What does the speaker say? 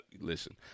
listen